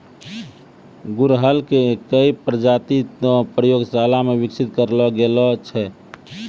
गुड़हल के कई प्रजाति तॅ प्रयोगशाला मॅ विकसित करलो गेलो छै